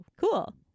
cool